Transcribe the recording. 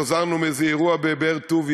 חזרנו מאיזה אירוע בבאר-טוביה,